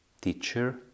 teacher